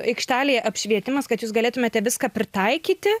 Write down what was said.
aikštelėje apšvietimas kad jūs galėtumėte viską pritaikyti